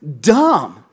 dumb